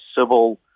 civil